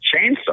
chainsaw